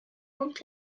want